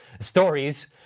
stories